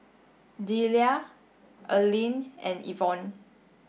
Deliah Earlean and Evon